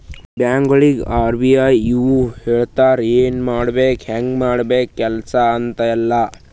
ಬ್ಯಾಂಕ್ಗೊಳಿಗ್ ಆರ್.ಬಿ.ಐ ನವ್ರು ಹೇಳ್ತಾರ ಎನ್ ಮಾಡ್ಬೇಕು ಹ್ಯಾಂಗ್ ಮಾಡ್ಬೇಕು ಕೆಲ್ಸಾ ಅಂತ್ ಎಲ್ಲಾ